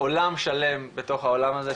עולם שלם בתוך העולם הזה,